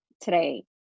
today